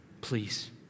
please